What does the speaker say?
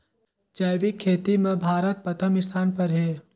जैविक खेती म भारत प्रथम स्थान पर हे